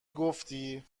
گفتی